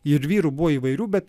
ir vyrų buvo įvairių bet